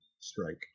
strike